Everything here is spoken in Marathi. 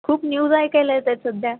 खूप न्यूज ऐकायला येत आहेत सध्या